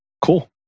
Cool